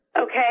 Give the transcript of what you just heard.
Okay